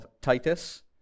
Titus